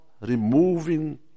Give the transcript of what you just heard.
removing